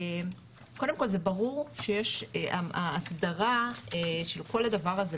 קודם כל זה ברור שיש הסדרה של כל הדבר הזה,